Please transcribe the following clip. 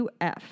UF